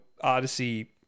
Odyssey